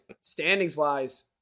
standings-wise